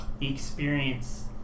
experience